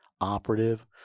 operative